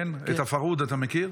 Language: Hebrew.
את הפרהוד אתה מכיר?